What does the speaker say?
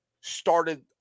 started